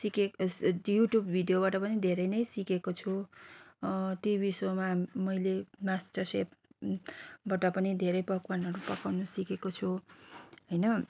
सिकेको युट्युब भिडियोबाट पनि धेरै नै सिकेको छु टिभी सोमा मैले मास्टर सेफबाट पनि धेरै पकवानहरू पकाउन सिकेको छु होइन